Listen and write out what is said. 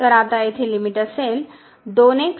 तर आता येथे लिमिट असेल